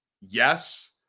yes